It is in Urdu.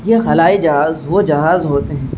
یہ خلائی جہاز وہ جہاز ہوتے ہیں